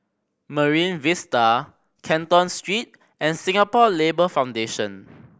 Marine Vista Canton Street and Singapore Labour Foundation